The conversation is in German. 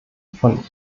von